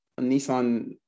nissan